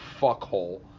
fuckhole